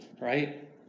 right